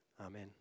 Amen